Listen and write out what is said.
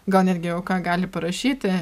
gal netgi o ką gali parašyti